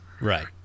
Right